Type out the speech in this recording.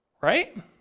right